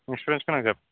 experience गोनांजोब